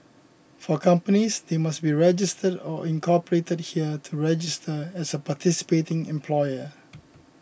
for companies they must be registered or incorporated here to register as a participating employer